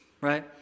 right